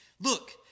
Look